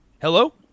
Hello